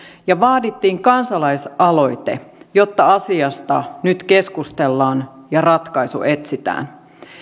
ja vaadittiin kansalaisaloite jotta asiasta nyt keskustellaan ja ratkaisu etsitään